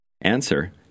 Answer